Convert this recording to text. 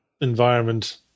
environment